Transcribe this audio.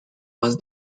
was